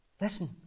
Listen